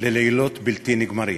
ללילות בלתי נגמרים.